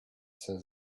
say